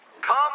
Come